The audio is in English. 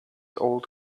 old